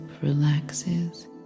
relaxes